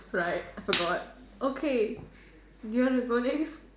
right I forgot okay do you want to go next